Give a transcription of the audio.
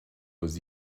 was